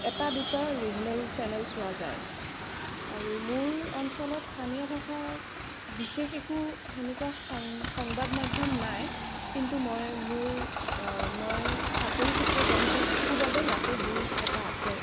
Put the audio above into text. এটা দুটা regional channels চোৱা যায় আৰু মোৰ অঞ্চলত স্থানীয় ভাষাত বিশেষ একো সেনেকুৱা সাং সংবাদ মাধ্যম নাই কিন্তু মই মোৰ মই চাকৰি সূত্ৰে গুৱাহাটীত থাকোঁ বাবে ইয়াতে দুই এটা আছে